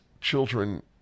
children